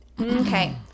Okay